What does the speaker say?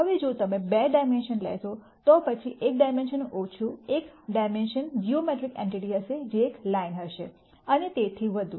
હવે જો તમે 2 ડાયમેન્શન લેશો તો પછી 1 ડાયમેન્શન ઓછું એક ડાયમેન્શન જીઓમેટ્રીક એન્ટિટી હશે જે એક લાઇન હશે અને તેથી વધુ